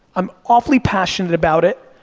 i'm awfully passionate about it,